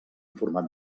format